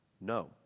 no